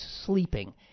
sleeping